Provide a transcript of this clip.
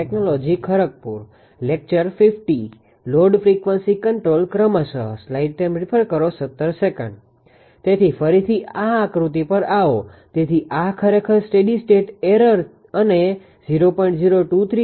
તેથી ફરીથી આ આકૃતિ પર આવો તેથી આ ખરેખર સ્ટેડી સ્ટેટ એરરsteady state errorસ્થિર સ્થિતિ ત્રુટી અને 0